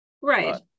Right